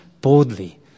boldly